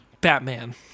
Batman